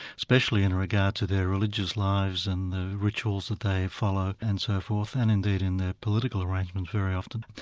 especially in regard to their religious lives and the rituals that they follow and so forth, and indeed in their political arrangements very often,